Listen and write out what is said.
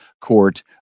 Court